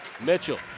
Mitchell